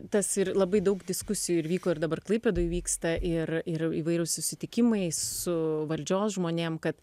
tas ir labai daug diskusijų ir vyko ir dabar klaipėdoj vyksta ir ir įvairūs susitikimai su valdžios žmonėm kad